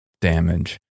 damage